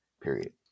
Period